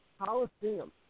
Coliseum